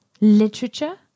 Literature